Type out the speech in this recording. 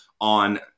on